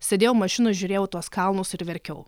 sėdėjau mašinoj žiūrėjau tuos kalnus ir verkiau